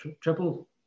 triple